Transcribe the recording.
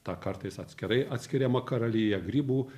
ta kartais atskirai atskiriama karalija grybų